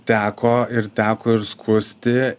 teko ir teko ir skusti